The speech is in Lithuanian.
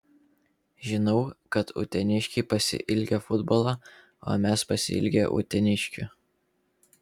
žinau kad uteniškiai pasiilgę futbolo o mes pasiilgę uteniškių